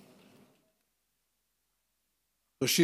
ראשית,